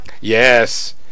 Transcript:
Yes